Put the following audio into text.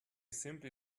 simply